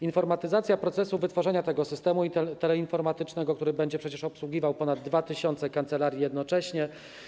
Informatyzacja procesu, wytworzenie tego systemu teleinformatycznego, który będzie przecież obsługiwał ponad 2 tys. kancelarii jednocześnie.